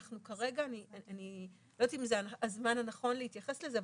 אני לא יודעת אם זה הזמן הנכון להתייחס לזה,